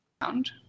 found